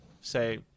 say